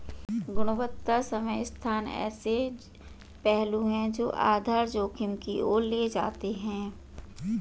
गुणवत्ता समय स्थान ऐसे पहलू हैं जो आधार जोखिम की ओर ले जाते हैं